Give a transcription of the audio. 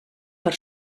per